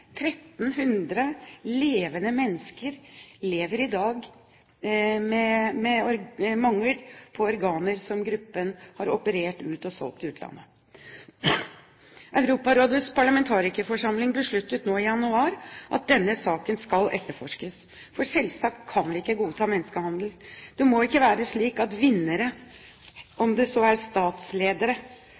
mennesker lever i dag med mangel på organer som gruppen har operert ut og solgt til utlandet. Europarådets parlamentarikerforsamling besluttet nå i januar at denne saken skal etterforskes, for selvsagt kan vi ikke godta menneskehandel. Det må ikke være slik at vinnerne, om det så er statsledere,